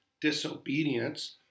disobedience